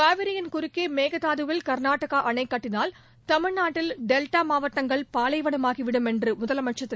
காவிரியின் குறுக்கே மேகதாதுவில் கர்நாடகா அணை கட்டினால் தமிழ்நாட்டில் டெல்டா மாவட்டங்கள் பாலைவனமாகிவிடும் என்று முதலமைச்சர் திரு